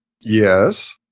yes